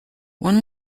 one